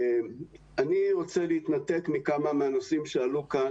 אני רוצה להתנתק מכמה מהנושאים שעלו כאן.